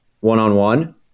one-on-one